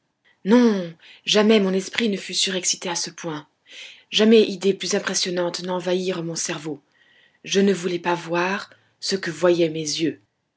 non jamais mon esprit ne fut surexcité à ce point jamais idées plus impressionnantes n'envahirent mon cerceau je ne voulais pas voir ce que voyait mes yeux